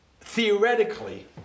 theoretically